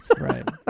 Right